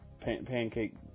Pancake